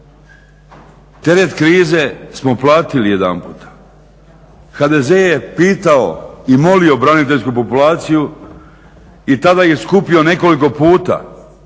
Teret krize smo platili jedanputa. HDZ je pitao i molio braniteljsku populaciju i tada je skupio nekoliko puta,